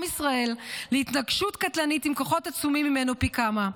ישראל להתנגשות קטלנית עם כוחות עצומים ממנו פי כמה.